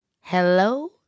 Hello